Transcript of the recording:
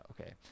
okay